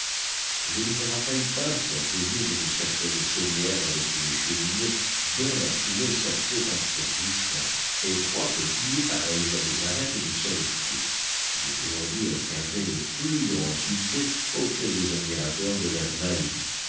je ne me rappelle pas sans plaisir une certaine chaumière avec une cheminée dont la fumée sortait en tire bouchon et trois peupliers pareils à des arêtes de sole frite qui aujourd'hui obtiendraient le plus grand succès auprès des admirateurs de l'air naïf